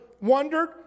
wondered